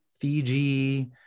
Fiji